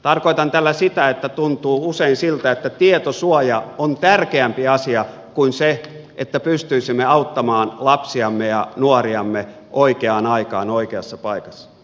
tarkoitan tällä sitä että tuntuu usein siltä että tietosuoja on tärkeämpi asia kuin se että pystyisimme auttamaan lapsiamme ja nuoriamme oikeaan aikaan oikeassa paikassa